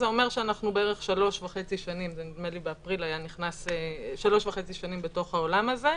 זה אומר שאנחנו בערך שלוש שנים וחצי נדמה לי באפריל בעולם הזה.